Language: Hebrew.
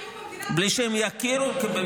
בלי שהם יכירו במדינת ישראל.